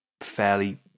fairly